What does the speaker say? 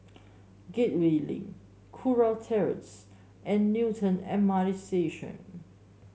Gateway Link Kurau Terrace and Newton M R T Station